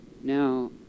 Now